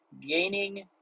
gaining